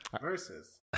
Versus